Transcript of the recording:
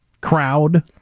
crowd